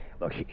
Look